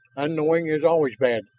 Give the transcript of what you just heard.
unknowing is always bad,